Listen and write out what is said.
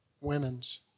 women's